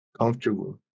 comfortable